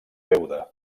beuda